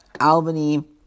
Albany